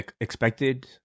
expected